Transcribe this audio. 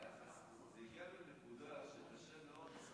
זה הגיע לנקודה שקשה מאוד לסדר את זה.